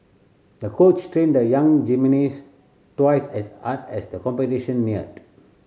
the coach trained the young gymnast twice as hard as the competition neared